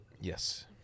Yes